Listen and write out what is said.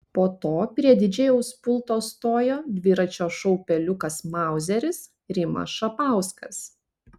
po to prie didžėjaus pulto stojo dviračio šou peliukas mauzeris rimas šapauskas